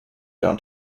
down